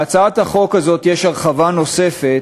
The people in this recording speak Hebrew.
בהצעת החוק הזאת יש הרחבה נוספת,